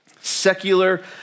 secular